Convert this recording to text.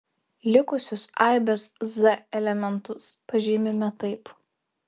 likusius aibės z elementus pažymime taip